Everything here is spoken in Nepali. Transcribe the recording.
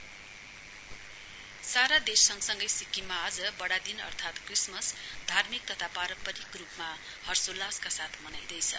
क्रिसमस सारा देश संगसंगै सिक्किममा आज बढादिन अर्थात् क्रिसमस धार्मिक तथा पारम्परिक रूपमा हर्षोल्लासका साथ मनाइँदै छ